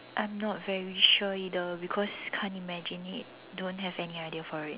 I'm not very sure either because can't imagine it don't have any idea for it